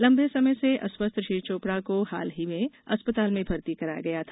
लंबे समय से अस्वस्थ श्री चोपड़ा को हाल ही अस्पताल में भर्ती कराया गया था